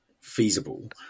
feasible